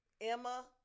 emma